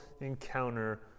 encounter